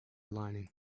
lining